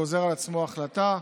גוזר על עצמו החלטה.